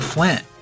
Flint